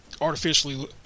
artificially